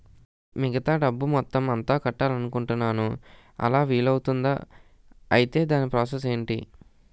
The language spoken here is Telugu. మిగతా డబ్బు మొత్తం ఎంత కట్టాలి అనుకుంటున్నాను అలా వీలు అవ్తుంధా? ఐటీ దాని ప్రాసెస్ ఎంటి?